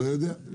לא יודע.